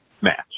match